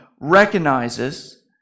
recognizes